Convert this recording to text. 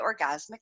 Orgasmic